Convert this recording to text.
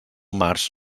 març